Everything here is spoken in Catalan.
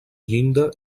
llinda